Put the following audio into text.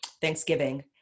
Thanksgiving